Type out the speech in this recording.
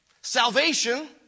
Salvation